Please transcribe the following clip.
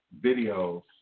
videos